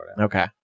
Okay